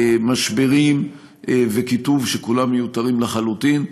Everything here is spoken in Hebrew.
משברים וקיטוב שכולם מיותרים לחלוטין.